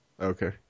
Okay